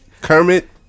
Kermit